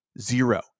zero